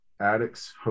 Addicts